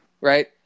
Right